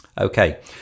Okay